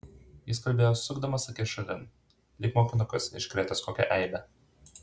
jis kalbėjo sukdamas akis šalin lyg mokinukas iškrėtęs kokią eibę